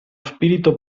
spirito